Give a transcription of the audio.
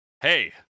hey